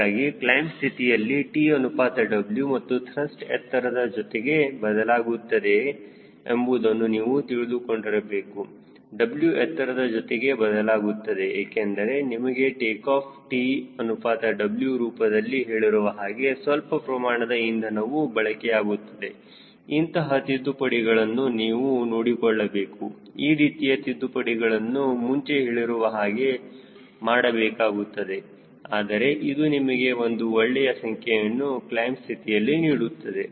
ಹೀಗಾಗಿ ಕ್ಲೈಮ್ ಸ್ಥಿತಿಯಲ್ಲಿ T ಅನುಪಾತ W ಮತ್ತು ತ್ರಸ್ಟ್ ಎತ್ತರದ ಜೊತೆಗೆ ಬದಲಾಗುತ್ತದೆಯೇ ಎಂಬುದನ್ನು ನೀವು ತಿಳಿದುಕೊಂಡಿರಬೇಕು W ಎತ್ತರದ ಜೊತೆಗೆ ಬದಲಾಗುತ್ತದೆ ಏಕೆಂದರೆ ನಿಮಗೆ ಟೇಕಾಫ್ T ಅನುಪಾತ W ರೂಪದಲ್ಲಿ ಹೇಳಿರುವ ಹಾಗೆ ಸ್ವಲ್ಪ ಪ್ರಮಾಣದ ಇಂಧನವು ಬಳಕೆಯಾಗುತ್ತದೆ ಇಂತಹ ತಿದ್ದುಪಡಿಗಳನ್ನು ನೀವು ನೋಡಿಕೊಳ್ಳಬೇಕು ಈ ರೀತಿಯ ತಿದ್ದುಪಡಿಗಳನ್ನು ಮುಂಚೆ ಹೇಳಿರುವ ಹಾಗೆ ಮಾಡಬೇಕಾಗುತ್ತದೆ ಆದರೆ ಇದು ನಿಮಗೆ ಒಂದು ಒಳ್ಳೆಯ ಸಂಖ್ಯೆಯನ್ನು ಕ್ಲೈಮ್ ಸ್ಥಿತಿಯಲ್ಲಿ ನೀಡುತ್ತದೆ